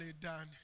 done